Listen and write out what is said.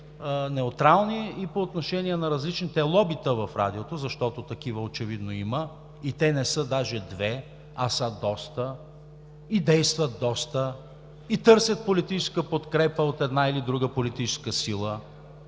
неутрални и по отношение на различните лобита в Радиото, защото такива очевидно има, и те даже не са две, а са доста, и действат, и търсят политическа подкрепа от една или друга политическа сила,